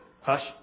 Hush